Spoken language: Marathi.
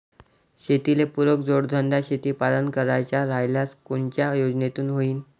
शेतीले पुरक जोडधंदा शेळीपालन करायचा राह्यल्यास कोनच्या योजनेतून होईन?